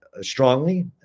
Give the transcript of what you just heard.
strongly